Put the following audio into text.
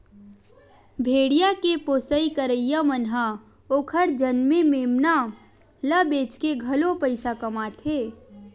भेड़िया के पोसई करइया मन ह ओखर जनमे मेमना ल बेचके घलो पइसा कमाथे